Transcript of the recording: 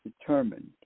determined